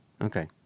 Okay